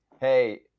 hey